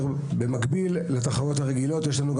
במקביל לתחרויות הרגילות יש לנו גם